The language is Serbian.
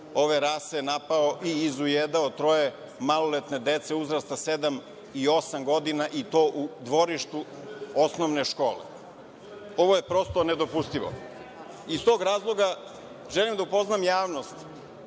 ove rase napao i izujedao troje maloletne dece uzrasta sedam i osam godina i to u dvorištu osnovne škole. Ovo je prosto nedopustivo. Iz tog razloga, želim da upoznam javnost